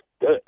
good